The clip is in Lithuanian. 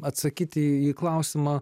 atsakyt į į klausimą